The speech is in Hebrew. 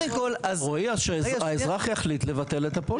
רועי אז שהאזרח יחליט לבטל את הפוליסה.